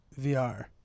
VR